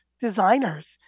designers